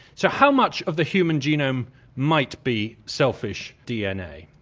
so how much of the human genome might be selfish dna?